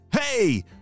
Hey